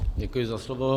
Děkuji za slovo.